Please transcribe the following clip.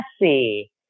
messy